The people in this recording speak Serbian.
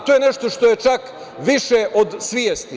To je nešto što je čak više od svesti.